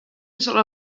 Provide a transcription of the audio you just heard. absolut